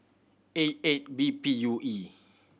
A eight B P U E